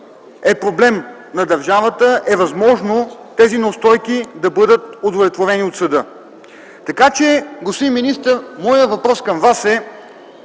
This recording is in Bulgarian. е проблем на държавата, и е възможно тези неустойки да бъдат удовлетворени от съда. Господин министър, моят въпрос към Вас е: